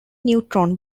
neutron